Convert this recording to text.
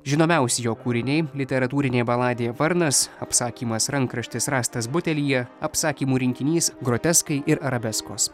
žinomiausi jo kūriniai literatūrinė baladė varnas apsakymas rankraštis rastas butelyje apsakymų rinkinys groteskai ir arabeskos